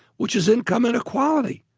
which is income inequality.